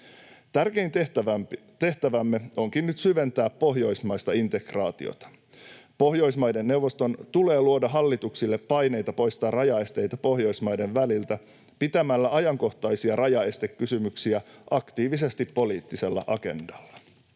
Tärkein tehtävämme onkin nyt syventää pohjoismaista integraatiota. Pohjoismaiden neuvoston tulee luoda hallituksille paineita poistaa rajaesteitä Pohjoismaiden väliltä pitämällä ajankohtaisia rajaestekysymyksiä aktiivisesti poliittisella agendalla.